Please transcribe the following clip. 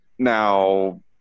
Now